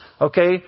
okay